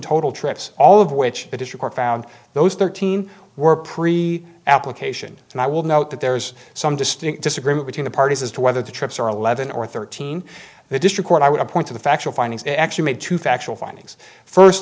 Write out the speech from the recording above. total trips all of which it is your court found those thirteen were pre application and i will note that there's some distinct disagreement between the parties as to whether the trips are eleven or thirteen the district court i would appoint to the factual findings actually made to factual findings first